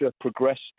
progressed